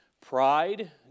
Pride